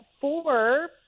four